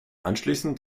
anschließend